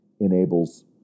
enables